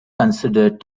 considered